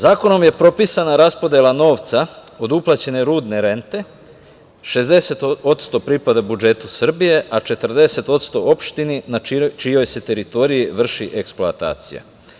Zakonom je propisana raspodela novca od uplaćene rudne rente, 60% pripada budžetu Srbije, a 40% opštini na čijoj se teritoriji vrši eksploatacija.